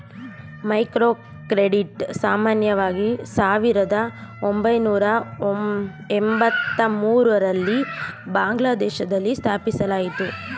microcredit ಸಾಮಾನ್ಯವಾಗಿ ಸಾವಿರದ ಒಂಬೈನೂರ ಎಂಬತ್ತಮೂರು ರಲ್ಲಿ ಬಾಂಗ್ಲಾದೇಶದಲ್ಲಿ ಸ್ಥಾಪಿಸಲಾಯಿತು